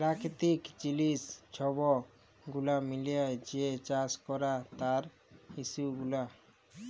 পেরাকিতিক জিলিস ছব গুলা মিলাঁয় যে চাষ ক্যরে তার ইস্যু গুলা